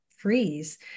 freeze